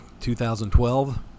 2012